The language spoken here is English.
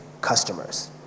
customers